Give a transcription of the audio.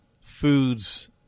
foods